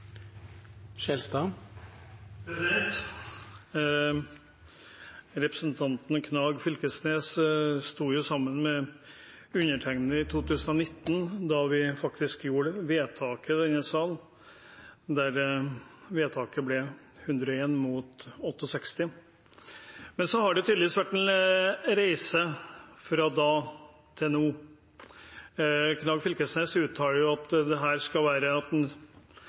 Representanten Knag Fylkesnes sto sammen med undertegnede i 2019, da vi faktisk gjorde vedtaket i denne salen, der resultatet ble 101 mot 68. Det har tydeligvis vært en reise fra da til nå. Knag Fylkesnes uttaler her at en skal ha en